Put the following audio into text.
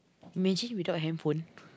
imagine without handphone